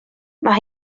mae